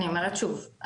אני אומרת שוב,